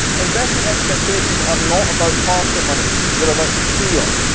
investment expectations are not about parsimony. they're about fear.